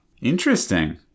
Interesting